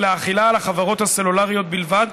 ולהחילה על החברות הסלולריות בלבד,